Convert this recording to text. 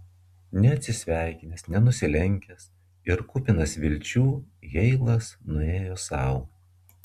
neatsisveikinęs nenusilenkęs ir kupinas vilčių heilas nuėjo sau